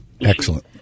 Excellent